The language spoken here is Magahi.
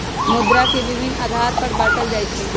मुद्रा के विभिन्न आधार पर बाटल जाइ छइ